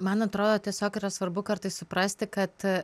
man atrodo tiesiog yra svarbu kartais suprasti kad